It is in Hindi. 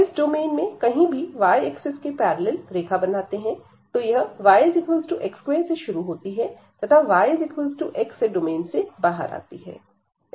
इस डोमेन में कहीं भी y axis के पैरेलल बनाते हैं तो यह yx2 से शुरू होती है तथा yx से डोमेन से बाहर आती है